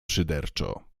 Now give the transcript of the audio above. szyderczo